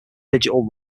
digital